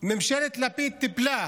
ממשלת לפיד טיפלה,